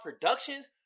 Productions